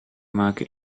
maken